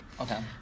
Okay